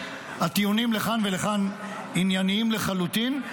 הטיעונים לכאן ולכאן עניינים לחלוטין.